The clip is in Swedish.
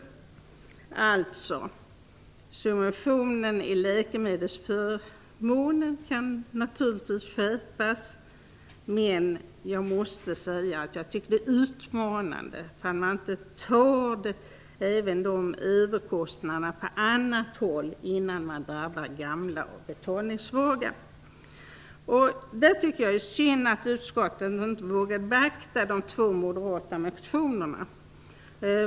Naturligtvis kan subventionen när det gäller läkemedelsförmånen skärpas, men jag måste säga att jag tycker att det är utmanande om man inte tar ut även de överkostnaderna på annat håll innan man låter detta drabba gamla och betalningssvaga. Jag tycker att det är synd att utskottet inte vågat beakta de två moderata motionerna.